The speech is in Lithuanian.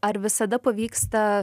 ar visada pavyksta